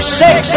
six